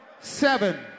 seven